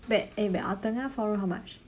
babe eh babe our tengah four room how much